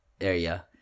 area